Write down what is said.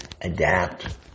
adapt